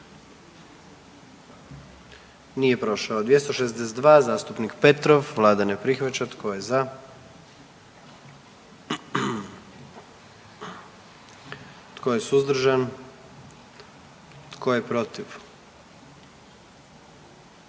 44. Kluba zastupnika SDP-a, vlada ne prihvaća. Tko je za? Tko je suzdržan? Tko je protiv?